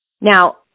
Now